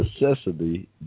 necessity